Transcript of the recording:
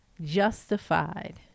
justified